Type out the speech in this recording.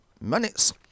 minutes